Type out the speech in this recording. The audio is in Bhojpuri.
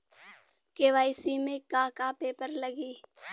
के.वाइ.सी में का का पेपर लगी?